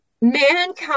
Mankind